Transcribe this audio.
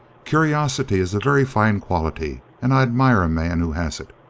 curiosity is a very fine quality, and i admire a man who has it.